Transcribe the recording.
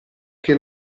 che